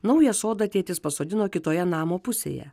naują sodą tėtis pasodino kitoje namo pusėje